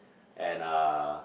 and uh